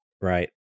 right